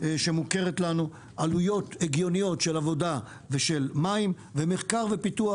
שמוכרת לנו; עלויות הגיוניות של עבודה ושל מים; ומחקר ופיתוח,